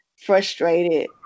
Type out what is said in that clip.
frustrated